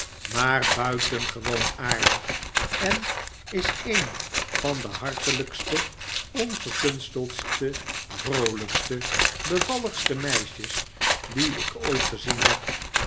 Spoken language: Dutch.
maar buitengewoon aardig en is een van de hartelijkste ongekunsteldste vroolijkste bevalligste meisjes die ik ooit gezien heb